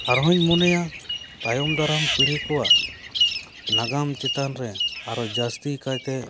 ᱟᱨᱦᱚᱸᱧ ᱢᱚᱱᱮᱭᱟ ᱛᱟᱭᱚᱢ ᱫᱟᱨᱟᱢ ᱯᱤᱲᱦᱤ ᱠᱚᱣᱟᱜ ᱱᱟᱜᱟᱢ ᱪᱮᱛᱟᱱ ᱨᱮ ᱟᱨᱚ ᱡᱟᱹᱥᱛᱤ ᱠᱟᱭᱛᱮ